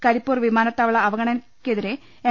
കരിപ്പൂർ വിമാനത്താവള അവഗണനക്കെതിരെ എം